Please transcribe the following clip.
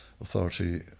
Authority